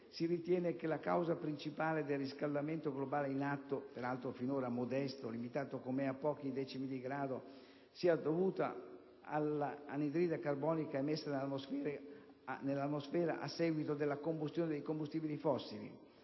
si ritiene che la causa principale del riscaldamento globale in atto (peraltro finora modesto, limitato com'è a pochi decimi di grado) sia dovuta all'anidride carbonica emessa nell'atmosfera a seguito della combustione dei combustibili fossili,